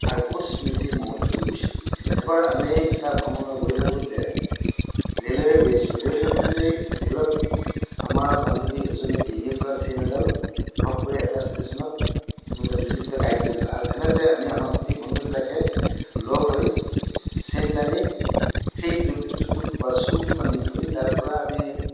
আৰু বহুত স্মৃতি মনত ৰৈ গৈছিল এবাৰ আমি এটা ভ্ৰমণলৈ গৈ থাকোতে ৰেলেৰে গৈ আছিলোঁ গৈ থাকোতেই ৰেলত আমাৰ বান্ধৱী এজনীৰ ডিঙিৰ পৰা চেইন এডাল ঘপ কৰি এটা ষ্টেচনত কোনোবা দুৰ্বৃত্তই কাঢ়ি লৈ গ'ল আৰু তেনেতে আমি আমাৰ গোটেই বন্ধুবিলাকে লগ হৈ চেইন টানি সেই দুৰ্বৃত্তটোক বা চুৰটোক আমি ধৰি তাৰ পৰা আমি